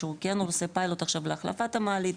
שהוא כן עושה פיילוט עכשיו להחלפת המעלית.